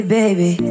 baby